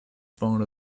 front